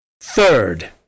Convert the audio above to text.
Third